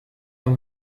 dans